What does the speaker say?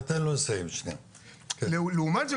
לעומת זאת,